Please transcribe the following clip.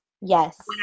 yes